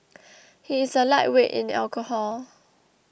he is a lightweight in alcohol